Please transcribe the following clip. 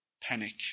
panic